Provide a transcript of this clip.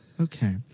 Okay